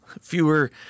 fewer